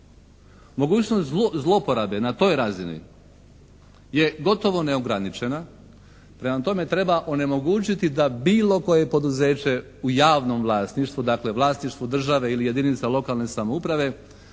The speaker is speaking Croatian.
Mogućnost zloporabe na toj razini je gotovo neograničena, prema tome treba onemogućiti da bilo koje poduzeće u javnom vlasništvu, dakle vlasništvu države ili jedinica lokalne samouprave